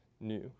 new